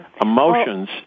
Emotions